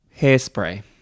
Hairspray